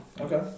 Okay